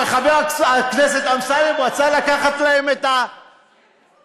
חבר הכנסת אמסלם רצה לקחת להם את אוכל,